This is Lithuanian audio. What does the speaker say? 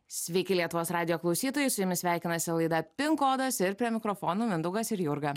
sveiki lietuvos radijo klausytojai su jumis sveikinasi laida pin kodas ir prie mikrofonų mindaugas ir jurga